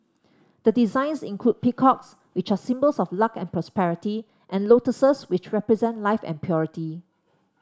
the designs include peacocks which are symbols of luck and prosperity and lotuses which represent life and purity